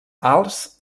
alts